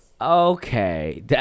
Okay